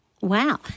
Wow